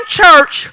church